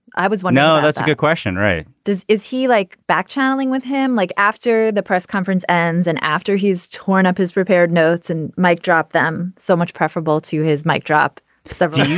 i was one now. that's a good question right. does is he like back channeling with him like after the press conference ends and after he's torn up his prepared notes and mike dropped them so much preferable to his mike drop several